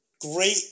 Great